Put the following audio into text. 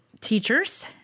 teachers